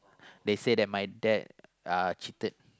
they say that my dad are cheated